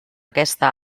aquesta